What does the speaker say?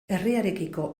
herriarekiko